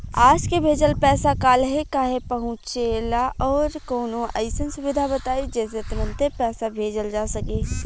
आज के भेजल पैसा कालहे काहे पहुचेला और कौनों अइसन सुविधा बताई जेसे तुरंते पैसा भेजल जा सके?